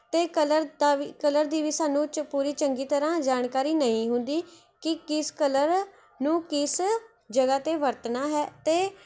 ਅਤੇ ਕਲਰ ਦਾ ਵੀ ਕਲਰ ਦੀ ਵੀ ਸਾਨੂੰ ਚ ਪੂਰੀ ਚੰਗੀ ਤਰ੍ਹਾਂ ਜਾਣਕਾਰੀ ਨਹੀਂ ਹੁੰਦੀ ਕਿ ਕਿਸ ਕਲਰ ਨੂੰ ਕਿਸ ਜਗ੍ਹਾ 'ਤੇ ਵਰਤਣਾ ਹੈ ਅਤੇ